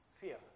Fear